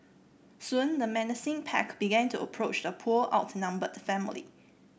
soon the menacing pack began to approach the poor outnumbered family